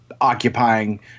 occupying